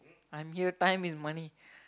I'm here time is money